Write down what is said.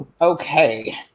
Okay